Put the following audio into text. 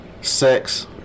sex